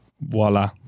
Voila